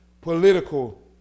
political